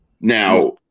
Now